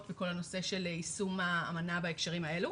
בכל הנושא של יישום האמנה בהקשרים האלה.